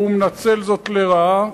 והוא מנצל זאת לרעה,